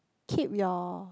keep your